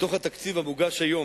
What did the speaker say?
בתוך התקציב המוגש היום,